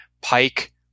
Pike